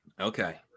Okay